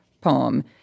poem